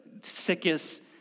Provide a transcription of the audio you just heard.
sickest